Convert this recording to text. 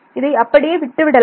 இதை அப்படியே விட்டு விடலாம்